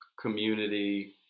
community